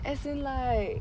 as in like